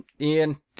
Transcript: Ian